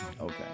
Okay